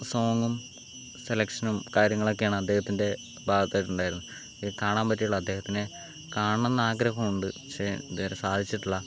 സോങ്ങും സെലക്ഷനും കാര്യങ്ങളൊക്കെയാണ് അദ്ദേഹത്തിൻ്റെ ഭാഗത്തായിട്ട് ഉണ്ടായിരുന്നത് കാണാൻ പറ്റുള്ളൂ അദ്ദേഹത്തിനെ കാണണം എന്ന് ആഗ്രഹമുണ്ട് പക്ഷെ ഇതുവരെ സാധിച്ചിട്ടില്ല